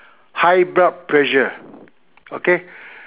high blood pressure okay